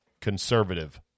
conservative